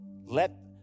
Let